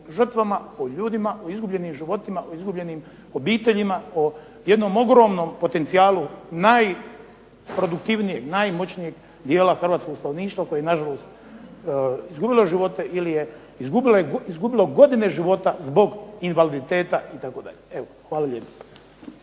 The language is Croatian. o ljudima, o izgubljenim životima, o izgubljenim obiteljima, o jednom ogromnom potencijalu najproduktivnijeg, najmoćnijeg dijela hrvatskog stanovništva koje je nažalost izgubilo živote ili je izgubilo godine života zbog invaliditeta itd. Evo, hvala lijepo.